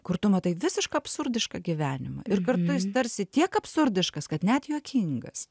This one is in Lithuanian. kur tu matai visišką absurdišką gyvenimą ir kartu jis tarsi tiek absurdiškas kad net juokingas